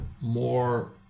more